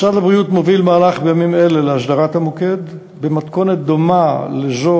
משרד הבריאות מוביל בימים אלה מהלך להסדרת המוקד במתכונת דומה לזו